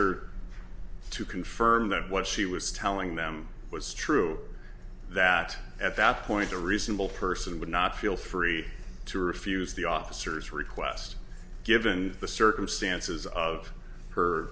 her to confirm that what she was telling them was true that at that point a reasonable person would not feel free to refuse the officers request given the circumstances of